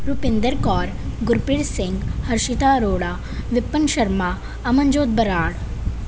Rupinder Kaur Gurpreet Singh Harshita Arora Vipan Sharma Amanjot Brar